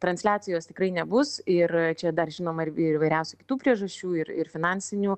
transliacijos tikrai nebus ir čia dar žinoma ir įvairiausių kitų priežasčių ir ir finansinių